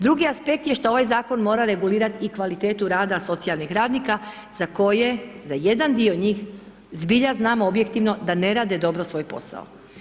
Drugi aspekt je što ovaj zakon mora regulirati i kvalitetu rada socijalnih radnika za koje za jedan dio njih zbilja znamo objektivno da ne rade svoj posao.